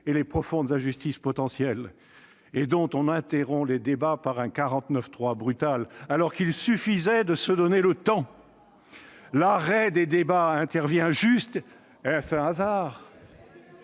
et les profondes injustices potentielles, et dont on interrompt les débats par un 49-3 brutal, alors qu'il suffisait de se donner le temps. Quel rapport ? Hors sujet ! L'arrêt des débats intervient juste- est-ce un hasard ?